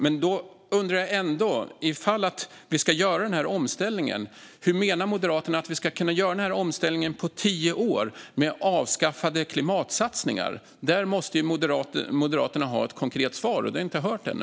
Jag undrar ändå: Ifall vi ska göra denna omställning, hur menar Moderaterna att vi ska kunna göra den på tio år med avskaffade klimatsatsningar? Där måste ju Moderaterna ha ett konkret svar, och det har jag inte hört ännu.